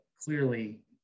clearly